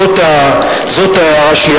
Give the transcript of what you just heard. זאת ההערה שלי.